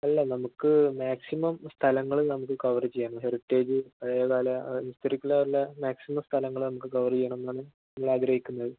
അല്ല നമുക്ക് മാക്സിമം സ്ഥലങ്ങള് നമുക്ക് കവർ ചെയ്യണം ഹെറിറ്റേജ് അതേപോലെ ഹിസ്റ്റോറിക്കലായിട്ടുള്ള മാക്സിമം സ്ഥലങ്ങള് നമുക്ക് കവർ ചെയ്യണമെന്നാണ് നമ്മൾ ആഗ്രഹിക്കുന്നത്